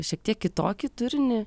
šiek tiek kitokį turinį